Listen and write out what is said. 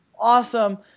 Awesome